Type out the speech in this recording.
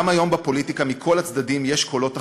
גם היום בפוליטיקה, מכל הצדדים, יש קולות אחרים,